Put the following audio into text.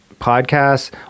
podcasts